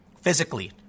physically